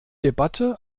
debatte